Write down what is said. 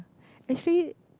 actually